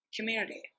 community